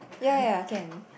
ya ya ya can